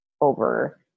over